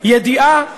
ידיעה